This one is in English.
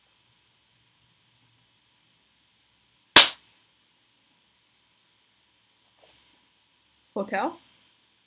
hotel